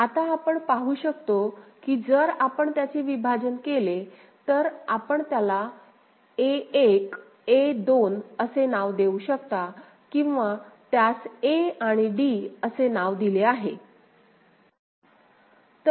आता आपण पाहु शकतो की जर आपण त्याचे विभाजन केले तर आपण त्याला a1 a2 असे नाव देऊ शकता किंवा त्यास a आणि d असे नाव दिले आहे